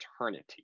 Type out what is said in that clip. eternity